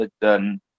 done